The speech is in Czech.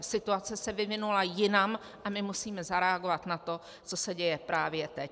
Situace se vyvinula jinam a my musíme zareagovat na to, co se děje právě teď.